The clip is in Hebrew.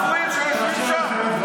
שני הצבועים שיושבים שם.